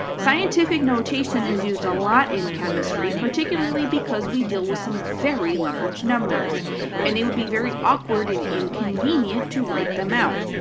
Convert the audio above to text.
scientific notation is used a lot in chemistry, particularly because we deal with some very large numbers and they would be very awkward and inconvenient to write them out.